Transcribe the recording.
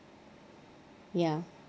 ya